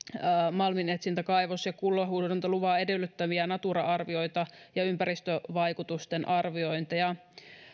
malminetsintä kaivos ja kullanhuuhdontaluvan edellyttämiä natura arvioita ja ympäristövaikutusten arviointeja